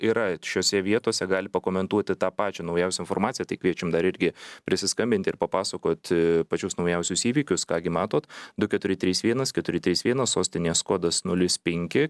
yra šiose vietose gali pakomentuoti tą pačią naujausią informaciją tai kviečiam dar irgi prisiskambinti ir papasakoti pačius naujausius įvykius ką gi matot du keturi trys vienas keturi trys vienas sostinės kodas nulis penki